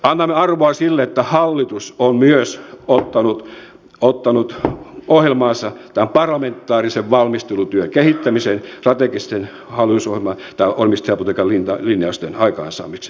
annan arvoa sille että hallitus on myös ottanut ohjelmaansa tämän parlamentaarisen valmistelutyön kehittämisen strategisten omistajapolitiikan linjausten aikaansaamiseksi